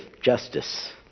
justice